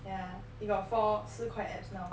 yeah he got four 四块 abs now